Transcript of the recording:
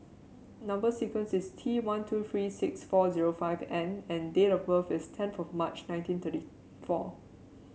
number sequence is T one two three six four zero five N and date of birth is tenth of March nineteen thirty four